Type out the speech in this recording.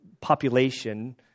population